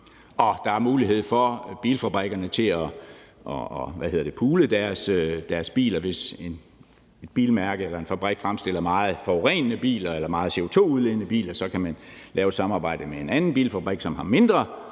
Der er mulighed for bilfabrikanterne for at pulje deres biler. Hvis et bilmærke eller en fabrik fremstiller meget forurenende biler eller meget CO2-udledende biler, så kan man lave et samarbejde med en anden bilfabrik, som har mindre